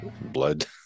blood